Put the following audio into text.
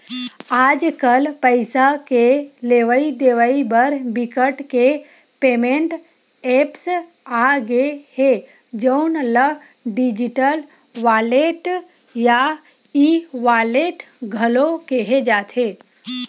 आजकल पइसा के लेवइ देवइ बर बिकट के पेमेंट ऐप्स आ गे हे जउन ल डिजिटल वॉलेट या ई वॉलेट घलो केहे जाथे